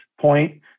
point